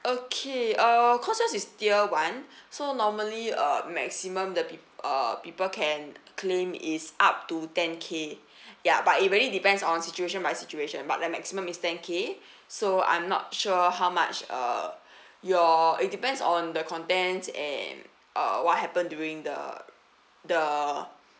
okay uh cause yours is tier one so normally uh maximum the peo~ uh people can claim is up to ten K ya but it really depends on situation by situation but the maximum is ten K so I'm not sure how much uh your it depends on the content and uh what happened during the the